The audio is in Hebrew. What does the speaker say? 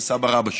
זה סבא-רבא שלי.